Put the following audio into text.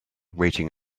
waiting